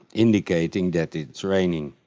indicating that it's raining.